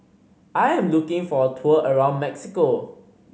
I am looking for a tour around Mexico